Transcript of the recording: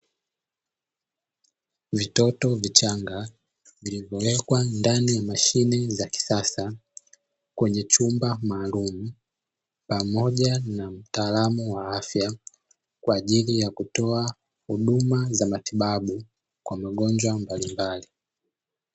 Vitoto vichanga vilivo wekwa ndani ya mashine za kisasa kwenye chumba maalumu. Pamoja na mtaalamu wa afya kwa ajili ya kutoa huduma za matibabu kwa magonjwa mbalimbali.